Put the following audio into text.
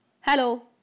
Hello